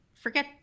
forget